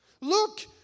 Look